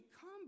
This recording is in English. come